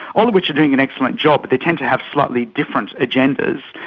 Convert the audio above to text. all of which are doing an excellent job but they tend to have slightly different agendas,